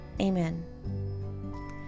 Amen